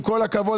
עם כל הכבוד,